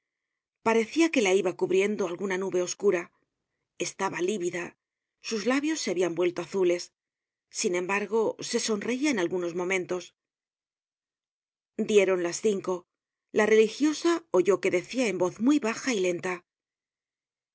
parecia que la iba cubriendo alguna nube oscura estaba lívida sus labios se habian vuelto azules sin embargo se sonreia en algunos momentos dieron las cinco la religiosa oyó que decia en voz muy baja y lenta i